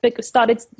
started –